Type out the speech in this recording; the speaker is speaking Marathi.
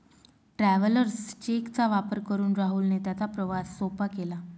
ट्रॅव्हलर्स चेक चा वापर करून राहुलने त्याचा प्रवास सोपा केला